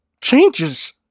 changes